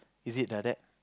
is it like that